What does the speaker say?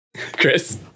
Chris